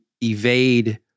evade